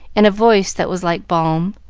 and a voice that was like balm.